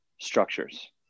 structures